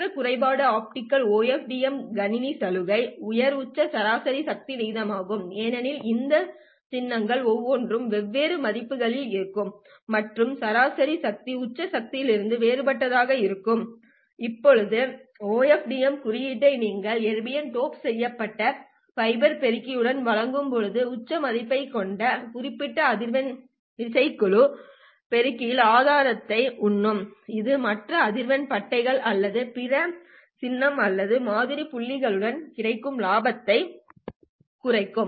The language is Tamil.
மற்ற குறைபாடு ஆப்டிகல் OFDM கணினி சலுகை உயர் உச்ச சராசரி சக்தி விகிதமாகும் ஏனெனில் இந்த சின்னங்கள் ஒவ்வொன்றும் வெவ்வேறு மதிப்புகளில் இருக்கும் மற்றும் சராசரி சக்தி உச்ச சக்தியிலிருந்து வேறுபட்டதாக இருக்கும் இதுபோன்ற ஒரு OFDM குறியீட்டை நீங்கள் எர்பியம் டோப் செய்யப்பட்ட ஃபைபர் பெருக்கிக்கு வழங்கும்போது உச்ச மதிப்பைக் கொண்ட குறிப்பிட்ட அதிர்வெண் இசைக்குழு பெருக்கியின் ஆதாயத்தை உண்ணும் இது மற்ற அதிர்வெண் பட்டைகள் அல்லது பிற சின்னம் அல்லது மாதிரி புள்ளிகளுக்கு கிடைக்கும் லாபத்தைக் குறைக்கும்